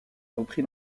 repris